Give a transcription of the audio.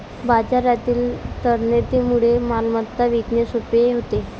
बाजारातील तरलतेमुळे मालमत्ता विकणे सोपे होते